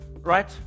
Right